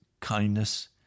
kindness